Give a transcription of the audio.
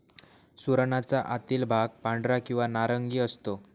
सुरणाचा आतील भाग पांढरा किंवा नारंगी असतो